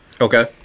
Okay